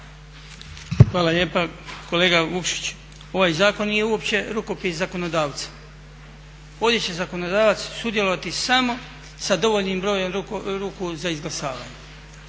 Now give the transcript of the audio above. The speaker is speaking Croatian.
Hvala lijepa. Kolega Vukšić, ovaj zakon nije uopće rukopis zakonodavca, ovdje će zakonodavac sudjelovati samo sa dovoljnim brojem ruku za izglasavanje.